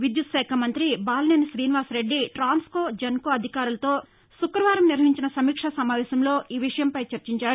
విద్యుత శాఖ మంత్రి బాలినేని తీనివాసరెడ్డి టాన్స్కో జెన్కో అధికారులతో శుక్రవారం నిర్వహించిన సమీక్షా సమావేశంలో ఈ విషయంపై చర్చించారు